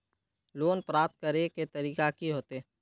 Loan प्राप्त करे के तरीका की होते?